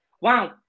wow